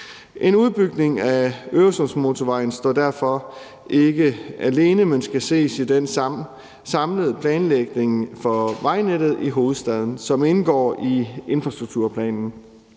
En udbygning af Øresundsmotorvejen står derfor ikke alene, men skal ses i forhold til den samlede planlægning for vejnettet i hovedstaden, som indgår i infrastrukturplanen.